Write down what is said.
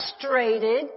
frustrated